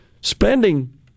spending